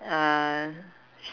uh